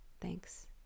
Thanks